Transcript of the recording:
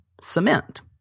cement